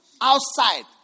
outside